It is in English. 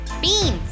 beans